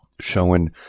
showing